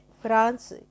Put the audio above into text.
France